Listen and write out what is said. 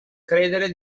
credere